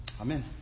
Amen